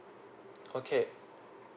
okay